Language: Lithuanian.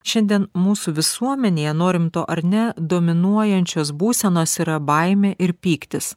šiandien mūsų visuomenėje norim to ar ne dominuojančios būsenos yra baimė ir pyktis